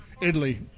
Italy